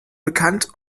bekannt